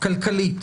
כלכלית